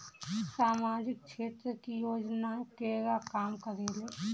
सामाजिक क्षेत्र की योजनाएं केगा काम करेले?